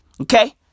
okay